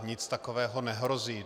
Nic takového nehrozí.